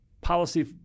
policy